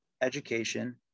education